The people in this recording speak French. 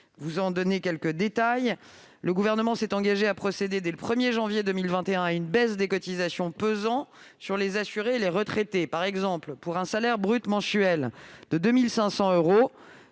vous en donner quelques détails : le Gouvernement s'est engagé à procéder, dès le 1janvier 2021, à une baisse des cotisations pesant sur les assurés et les retraités. Par exemple, pour un salaire brut mensuel de 2 500 euros,